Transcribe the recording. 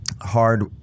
hard